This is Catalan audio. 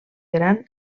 gran